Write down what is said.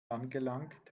angelangt